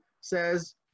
says